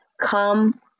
come